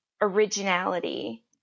originality